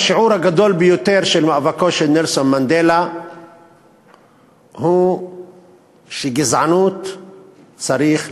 השיעור הגדול ביותר ממאבקו של נלסון מנדלה הוא שגזענות צריך לחסל,